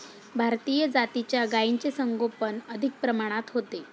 भारतीय जातीच्या गायींचे संगोपन अधिक प्रमाणात होते